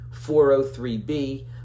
403b